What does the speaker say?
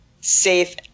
safe